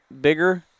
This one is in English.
bigger